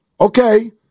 okay